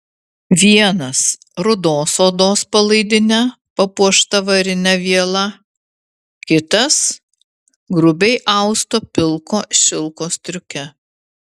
vienas rudos odos palaidine papuošta varine viela kitas grubiai austo pilko šilko striuke